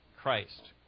Christ